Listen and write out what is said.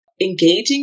engaging